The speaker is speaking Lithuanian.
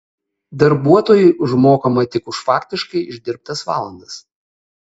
darbuotojui užmokama tik už faktiškai išdirbtas valandas